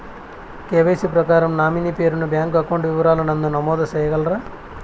KYC ప్రకారం nominee పేరు ను బ్యాంకు అకౌంట్ వివరాల నందు నమోదు సేయగలరా?